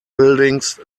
buildings